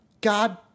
God